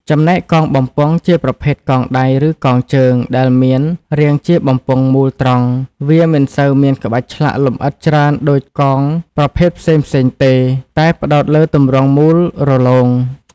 ចំណែកកងបំពង់ជាប្រភេទ កងដៃ ឬកងជើង ដែលមាន រាងជាបំពង់មូល ត្រង់ វាមិនសូវមានក្បាច់ឆ្លាក់លម្អិតច្រើនដូចកងប្រភេទផ្សេងៗទេ តែផ្តោតលើទម្រង់មូលរលោង។